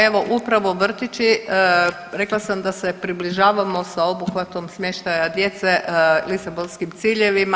Evo upravo vrtići rekla sam da se približavamo sa obuhvatom smještaja djece Lisabonskim ciljevima.